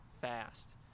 fast